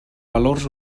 valors